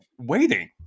waiting